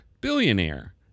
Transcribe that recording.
billionaire